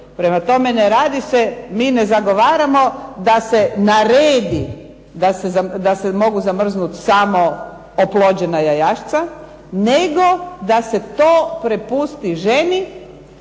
Prema tome ne radi se, mi ne zagovaramo da se naredi da se mogu zamrznuti samo oplođena jajašca, nego da se to prepusti ženi,